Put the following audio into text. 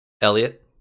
Elliot